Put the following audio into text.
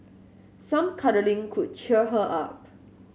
some cuddling could cheer her up